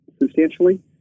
substantially